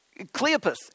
Cleopas